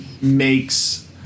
makes